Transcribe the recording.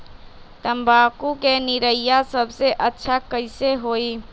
तम्बाकू के निरैया सबसे अच्छा कई से होई?